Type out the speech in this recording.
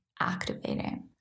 activating